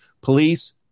police